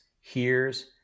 hears